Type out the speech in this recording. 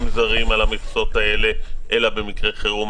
זרים על המכסות האלה אלא במקרי חרום,